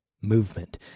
movement